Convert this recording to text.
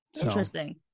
interesting